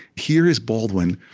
here is baldwin,